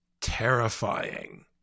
terrifying